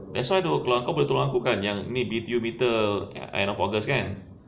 that's why kalau kau boleh tolong aku kan yang ni B_T_O berita end of august kan